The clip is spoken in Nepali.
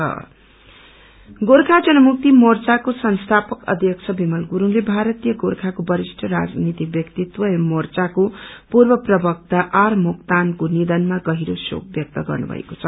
कण्डोलेन्स गोर्खा जनमुक्ति मोर्चाको संस्थापक अध्यक्ष विमल गरूङले भारतीय गोर्खाको वरिष्ठ राजनीतिक व्याक्तित्व एवमं मोर्चाको पूर्व प्रवक्ता आर मोक्तानको निधनमा गहिरो शोक व्यक्त गर्नुभएको छ